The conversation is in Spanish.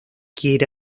quiere